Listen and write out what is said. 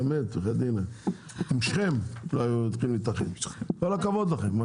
באמת עם שכם לא היו מצליחים להתאחד, כל הכבוד לכם.